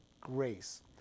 grace